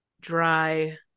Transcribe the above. dry